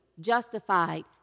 justified